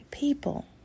People